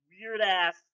Weird-ass